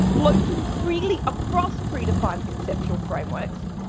floating freely across pre-defined conceptual frameworks,